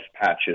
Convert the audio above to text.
patches